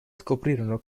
scoprono